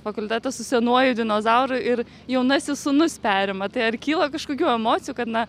fakultetas su senuoju dinozauru ir jaunasis sūnus perima tai ar kyla kažkokių emocijų kad na